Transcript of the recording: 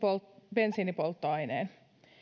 bensiinipolttoaineen